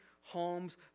homes